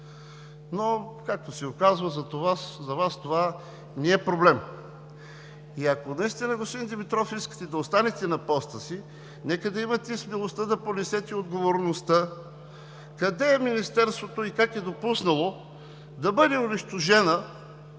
Както се оказва, за Вас това не е проблем. Ако наистина, господин Димитров, искате да останете на поста си, нека да имате смелостта да понесете отговорността. Къде е Министерството и как е допуснало да бъде унищожена